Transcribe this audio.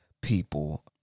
people